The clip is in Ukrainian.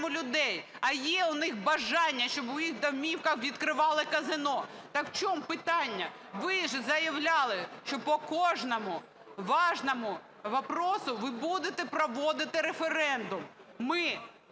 людей, а є у них бажання, щоб у їх домівках відкривали казино. Так у чому питання? Ви ж заявляли, що по кожному важному вопросу ви будете проводити референдум. Ми